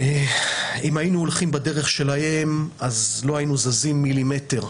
אם היינו הולכים בדרך שלהם אז לא היינו זזים מילימטר,